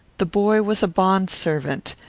the boy was a bond-servant,